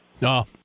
No